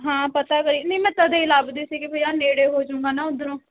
ਹਾਂ ਪਤਾ ਕਰੀ ਨਹੀਂ ਮੈਂ ਤਦੇ ਹੀ ਲੱਭਦੀ ਸੀਗੀ ਵੀ ਆਹ ਨੇੜੇ ਹੋ ਜੂੰਗਾ ਨਾ ਉੱਧਰੋਂ